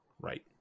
right